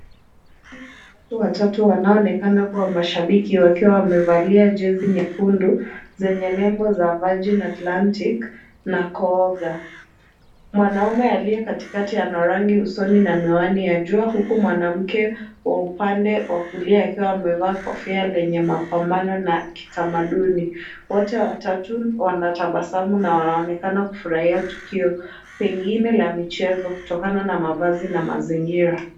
Picha la watu watatu wanaoonekana kuwa mashabiki wakiwa wamevalia jezi nyekundu, zenye nembo ya Vagio Atlantic na Kooga. Mwanaume aliye katikati ana rangi usoni na miwani ya jua, huku mwanamke wa upande wa kulia akiwa amevaa kofia lenye mapambano na kitamaduni. Wote watatu wanatabasamu na wanaonekana kufurahia tukio, pengine la michezo kutokana na mavazi na mazingira.